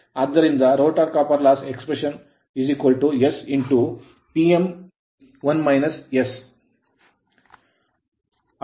ಆದ್ದರಿಂದ rotor copper loss rotor ತಾಮ್ರ ನಷ್ಟ expression ಅಭಿವ್ಯಕ್ತಿ s P m